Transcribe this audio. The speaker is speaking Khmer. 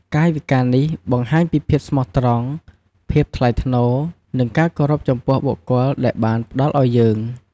កាយវិការនេះបង្ហាញពីភាពស្មោះត្រង់ ភាពថ្លៃថ្នូរ និងការគោរពចំពោះ បុគ្គលដែលបានផ្តល់ឲ្យយើង។